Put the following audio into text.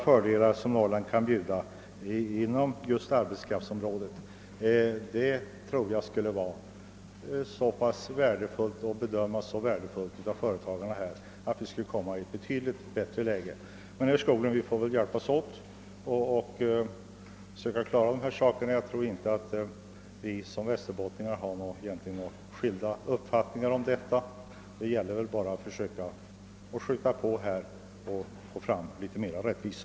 Jag tror att företagarna skulle bedöma de stora fördelar som Norrland kan erbjuda beträffande arbetskraften som nu är så värdefull, att vi kan komma i ett betydligt bättre läge därigenom. Jag vill säga till herr Skoglund att vi väl får hjälpas åt att försöka klara de här sakerna. Jag tror att vi västerbottningar inte har skilda uppfattningar i denna fråga — det gäller bara att skjuta på för att försöka åstadkomma större rättvisa.